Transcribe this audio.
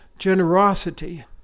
generosity